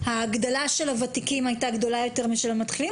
ההגדלה של שכר הוותיקים הייתה גדולה יותר משל המתחילים?